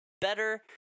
better